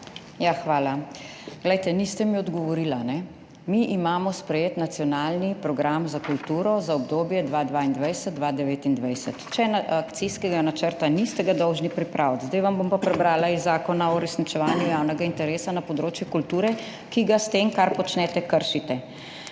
Hvala. Niste mi odgovorili. Mi imamo sprejet Nacionalni program za kulturo 2022–2029. Če akcijskega načrta ni, ste ga dolžni pripraviti. Zdaj vam bom pa prebrala iz Zakona o uresničevanju javnega interesa za kulturo, ki ga s tem, kar počnete, kršite.